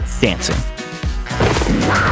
dancing